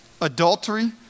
adultery